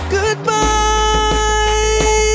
goodbye